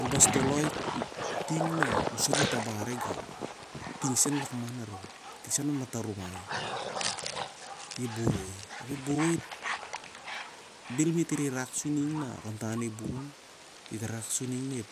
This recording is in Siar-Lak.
Ol bas toloi ting na usen u tabari gau, ting sen an lakman arim, ting an mataruai i- ep boroi. Ap ep boroi, bhel me't re rk suri ning na i burun, met re rak sur ning na